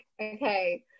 okay